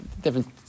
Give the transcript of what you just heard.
different